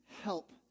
help